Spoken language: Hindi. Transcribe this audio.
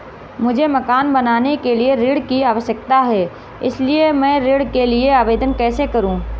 मुझे मकान बनाने के लिए ऋण की आवश्यकता है इसलिए मैं ऋण के लिए आवेदन कैसे करूं?